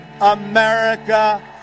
America